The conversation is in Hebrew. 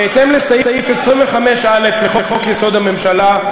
בהתאם לסעיף 25(א) לחוק-יסוד: הממשלה,